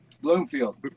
Bloomfield